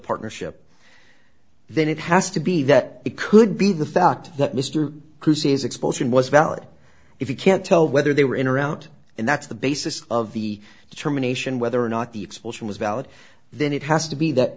partnership then it has to be that it could be the fact that mr cruz's expulsion was valid if you can't tell whether they were in or out and that's the basis of the determination whether or not the expulsion was valid then it has to be that